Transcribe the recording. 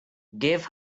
give